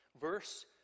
verse